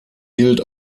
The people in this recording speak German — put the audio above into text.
gilt